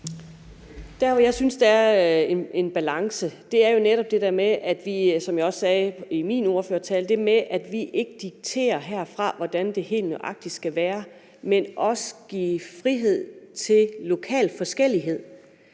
Der, hvor jeg synes, der er en balance, er jo netop det der med – som jeg også sagde i min ordførertale – at vi ikke dikterer herfra, hvordan det helt nøjagtigt skal være, men også giver frihed til lokal forskellighed.